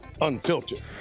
Unfiltered